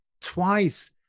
twice